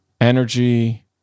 energy